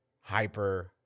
Hyper